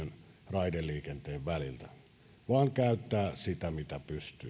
raideliikenteen väliltä vaan hän käyttää sitä mitä pystyy